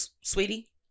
sweetie